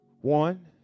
One